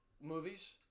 Movies